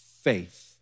Faith